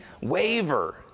waver